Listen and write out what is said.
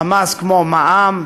המס כמו מע"מ,